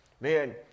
man